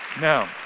Now